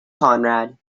conrad